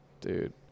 Dude